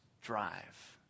drive